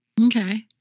Okay